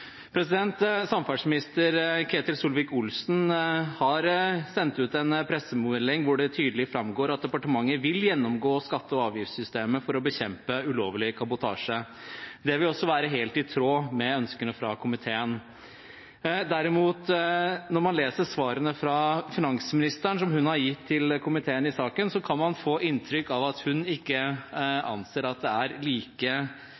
Samferdselsminister Ketil Solvik-Olsen har sendt ut en pressemelding hvor det tydelig framgår at departementet vil gjennomgå skatte- og avgiftssystemet for å bekjempe ulovlig kabotasje. Det vil også være helt i tråd med ønskene fra komiteen. Når man derimot leser svarene fra finansministeren, som hun har gitt til komiteen i saken, kan man få inntrykk av at hun ikke anser at